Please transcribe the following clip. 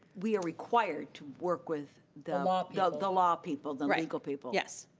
we are required to work with the law yeah the law people, the legal people. yes.